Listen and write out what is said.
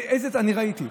אני ראיתי.